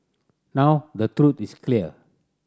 now the truth is clear